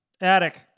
Attic